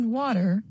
water